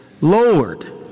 Lord